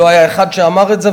לא היה אחד שאמר את זה,